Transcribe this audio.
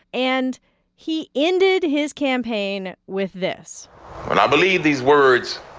and he ended his campaign with this and i believe these words